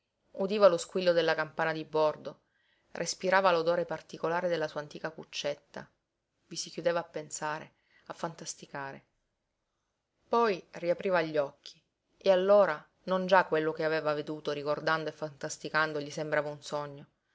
udiva lo squillo della campana di bordo respirava l'odore particolare della sua antica cuccetta vi si chiudeva a pensare a fantasticare poi riapriva gli occhi e allora non già quello che aveva veduto ricordando e fantasticando gli sembrava un sogno